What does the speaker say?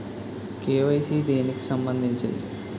KYC దేనికి సంబందించింది?